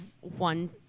one